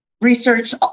research